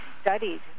studied